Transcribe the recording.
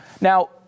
Now